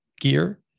gear